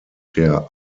der